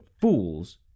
fools